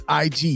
IG